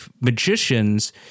magicians